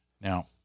Now